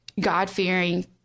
God-fearing